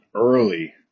early